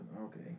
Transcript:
Okay